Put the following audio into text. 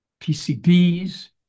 PCBs